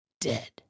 dead